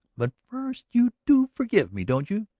but first, you do forgive me, don't you?